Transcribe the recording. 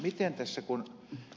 mutta kun ed